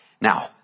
Now